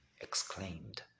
exclaimed